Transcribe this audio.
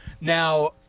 Now